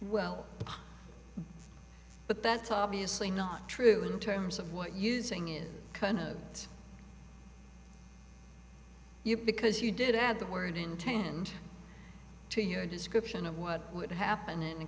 well but that's obviously not true in terms of what using is kind of you because you did add the word intend to your description of what would happen in a